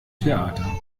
theater